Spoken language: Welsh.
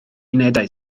unedau